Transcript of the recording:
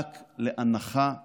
רק לאנחה בלבד.